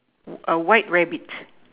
a white rabbit